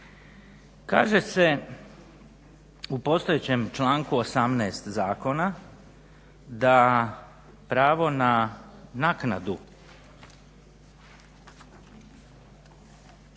kaže se u postojećem članku 18. zakona da pravo na naknadu